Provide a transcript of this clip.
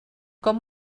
com